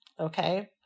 okay